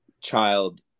child